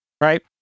right